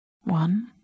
one